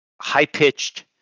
High-pitched